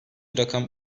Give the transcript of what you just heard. rakam